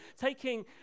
taking